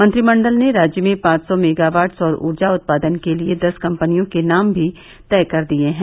मंत्रिमण्डल ने राज्य में पांच सौ मेगावाट सौर ऊर्जा उत्पादन के लिये दस कम्पनियों के नाम भी तय कर दिये हैं